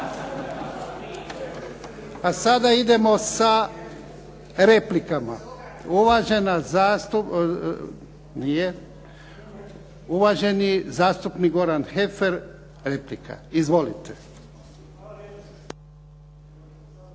A sada idemo sa replikama. Uvaženi zastupnik Goran Heffer, replika.